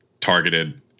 targeted